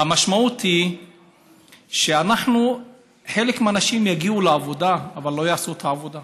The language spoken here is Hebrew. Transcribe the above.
המשמעות היא שחלק מהאנשים יגיעו לעבודה אבל לא יעשו את העבודה.